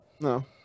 No